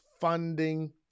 funding